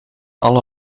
alle